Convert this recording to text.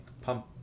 pump